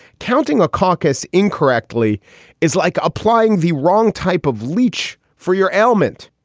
counting a caucus incorrectly is like applying the wrong type of leach for your ailment.